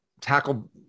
tackle